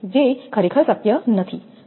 જે ખરેખર શક્ય નથી